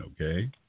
okay